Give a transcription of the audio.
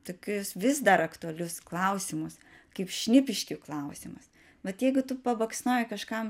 tokius vis dar aktualius klausimus kaip šnipiškių klausimas vat jeigu tu pabaksnoji kažkam